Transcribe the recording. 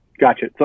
Gotcha